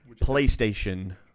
PlayStation